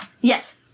Yes